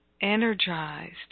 energized